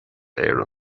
éireann